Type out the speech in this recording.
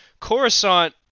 Coruscant